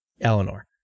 Eleanor